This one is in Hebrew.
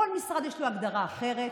לכל משרד יש הגדרה אחרת,